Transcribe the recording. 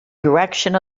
direction